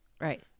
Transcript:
right